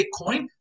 bitcoin